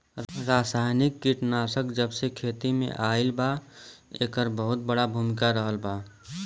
रासायनिक कीटनाशक जबसे खेती में आईल बा येकर बहुत बड़ा भूमिका रहलबा